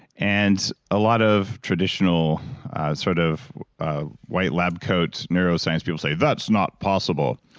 and a lot of traditional sort of white lab coat neuro science people say that's not possible.